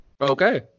Okay